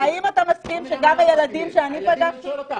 האם אתה מסכים שגם הילדים שאני פגשתי --- אני שואל אותך.